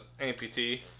amputee